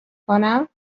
کنم